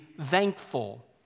thankful